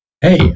hey